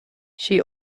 she